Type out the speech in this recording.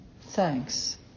thanks